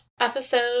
episode